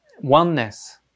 oneness